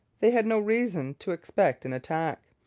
they had no reason to expect an attack.